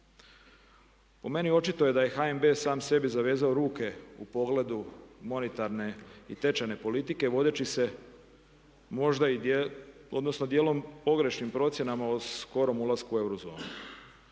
Po meni očito je da je HNB sam sebi zavezao ruke u pogledu monetarne i tečajne politike vodeći se možda, odnosno dijelom pogrešnim procjenama o skorom ulasku u euro